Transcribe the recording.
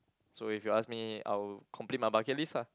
so if you ask me I'll complete my bucket list ah